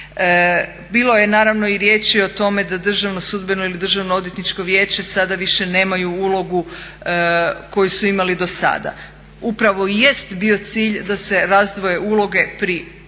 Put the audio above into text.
Bilo je naravno i riječi o tome da Državno sudbeno ili Državno odvjetničko vijeće sada više nemaju ulogu koju su imali do sada. Upravo i jest bio cilj da se razdvoje uloge pri ulasku